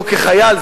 לא כחייל,